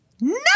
No